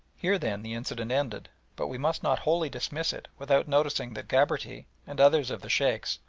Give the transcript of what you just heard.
here, then, the incident ended, but we must not wholly dismiss it without noticing that gabarty and others of the sheikhs,